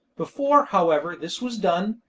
before, however, this was done,